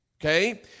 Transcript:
Okay